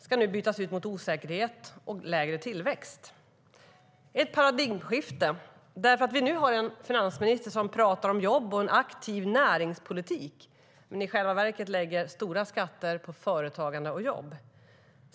Den ska bytas ut mot osäkerhet och lägre tillväxt. Det är ett paradigmskifte eftersom vi nu har en finansminister som talar om jobb och en aktiv näringspolitik men i själva verket lägger stora skatter på företagande och jobb.